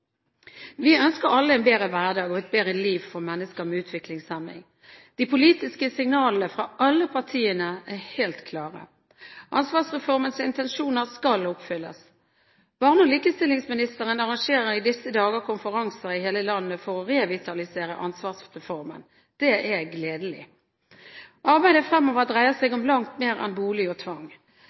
Vi ønsker alle en bedre hverdag og et bedre liv for mennesker med utviklingshemming. De politiske signalene fra alle partiene er helt klare: Ansvarsreformens intensjoner skal oppfylles. Barne- og likestillingsministeren arrangerer i disse dager konferanser i hele landet for å revitalisere ansvarsreformen. Det er gledelig. Arbeidet fremover dreier seg om langt mer enn bolig og tvang.